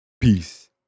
peace